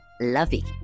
lovey